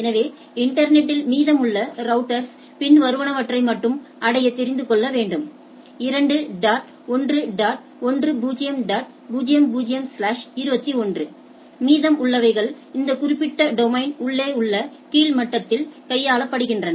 எனவே இன்டர்நெட்டில் மீதமுள்ள ரௌட்டர்ஸ்கள் பின்வருவனவற்றை மட்டும் அடைய தெரிந்து கொள்ள வேண்டும் 2 நாட் 1 டாட் 10 டாட் 00 ஸ்லாஷ் 21 மீதம் உள்ளவைகள் அந்த குறிப்பிட்ட டொமைனின் உள்ளே உள்ள கீழ் மட்டத்தில் கையாளப்படுகின்றன